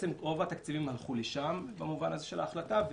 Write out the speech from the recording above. רוב התקציבים הלכו לשם במובן הזה של ההחלטה.